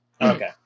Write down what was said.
Okay